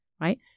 right